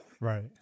right